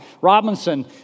Robinson